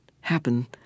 happen